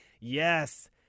Yes